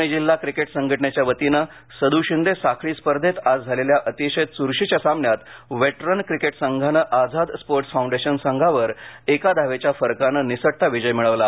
पुणे जिल्हा क्रिकेट संघनटनेच्यावतीनं सद् शिंदे साखळी स्पर्धेंत आज झालेल्या अतिशय चुरशीच्या सामन्यात वेटरन क्रिकेट संघानं आझाद स्पोर्टस फाउंडेशन संघावर एका धावेच्या फरकानं निसटता विजय मिळवला